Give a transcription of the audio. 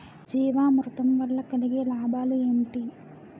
జీవామృతం వల్ల కలిగే లాభాలు ఏంటి?